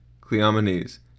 Cleomenes